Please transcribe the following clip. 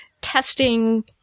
testing